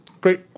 great